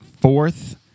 fourth